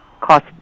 cost